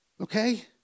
okay